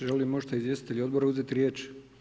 Žele li možda izvjestitelji odbora uzeti riječ?